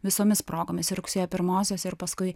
visomis progomis ir rugsėjo pirmosios ir paskui